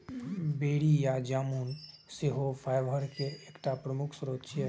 बेरी या जामुन सेहो फाइबर के एकटा प्रमुख स्रोत छियै